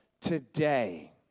today